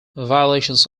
violations